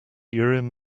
urim